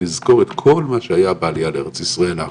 לזכור את כל מה שהיה בעלייה האחרונה לארץ ישראל.